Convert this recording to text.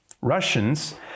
Russians